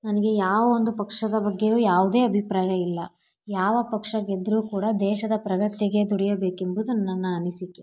ನನಗೆ ಯಾವೊಂದು ಪಕ್ಷದ ಬಗ್ಗೆಯೂ ಯಾವುದೇ ಅಭಿಪ್ರಾಯ ಇಲ್ಲ ಯಾವ ಪಕ್ಷ ಗೆದ್ರೂ ಕೂಡ ದೇಶದ ಪ್ರಗತಿಗೆ ದುಡಿಯಬೇಕೆಂಬುದು ನನ್ನ ಅನಿಸಿಕೆ